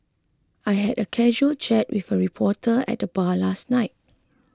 I had a casual chat with a reporter at the bar last night